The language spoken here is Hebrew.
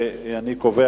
אני קובע